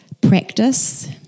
practice